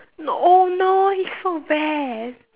no oh no he's so bad